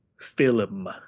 film